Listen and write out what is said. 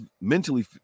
mentally